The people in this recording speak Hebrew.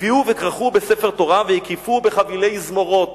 "הביאוהו וכרכוהו בספר תורה והקיפוהו בחבילי זמורות